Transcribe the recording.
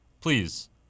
Please